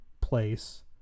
place